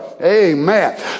Amen